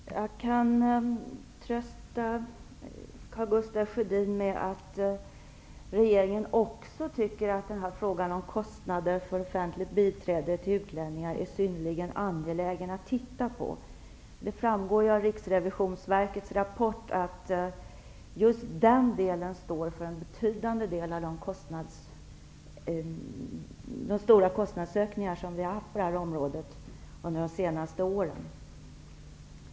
Herr talman! Jag kan trösta Karl Gustaf Sjödin med att också regeringen anser att det är synnerligen angeläget att se över frågan om kostnader för offentligt biträde till utlänningar. Det framgår av Riksrevisionsverkets rapport att just den delen står för en betydande del av de stora kostnadsökningar vi haft på detta område under de senaste åren.